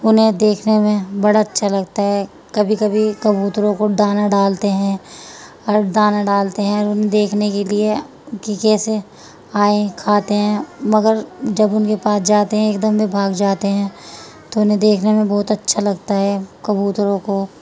انہیں دیکھنے میں بڑا اچھا لگتا ہے کبھی کبھی کبوتروں کو دانا ڈالتے ہیں اور دانا ڈالتے ہیں اور انہیں دیکھنے کے لیے کہ کیسے آئیں کھاتے ہیں مگر جب ان کے پاس جاتے ہیں ایک دم وہ بھاگ جاتے ہیں تو انہیں دیکھنے میں بہت اچھا لگتا ہے کبوتروں کو